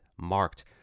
marked